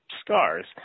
scars